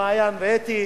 מעיין ואתי,